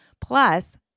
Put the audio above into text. plus